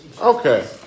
Okay